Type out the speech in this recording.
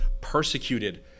persecuted